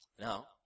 Now